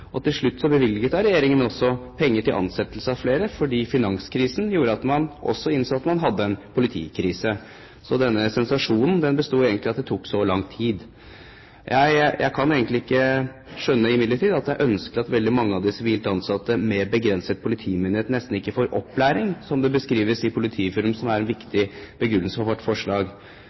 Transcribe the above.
og til slutt bevilget da regjeringen penger til ansettelse av flere fordi finanskrisen gjorde at man innså at man også hadde en politikrise. Så denne sensasjonen besto egentlig av at det tok så lang tid. Jeg kan imidlertid ikke skjønne at det er ønskelig at veldig mange av de sivilt ansatte med begrenset politimyndighet nesten ikke får opplæring, som det beskrives i Politiforum, som er en viktig begrunnelse for vårt forslag.